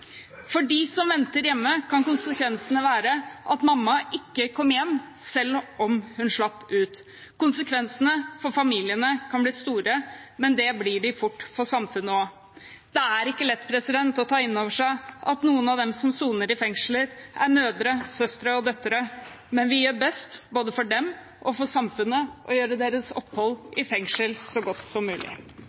blir de fort for samfunnet også. Det er ikke lett å ta inn over seg at noen av dem som soner i fengsler er mødre, søstre og døtre. Men vi gjør klokt i, både for dem og for samfunnet, å gjøre deres opphold i fengsel så godt som mulig.